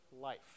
life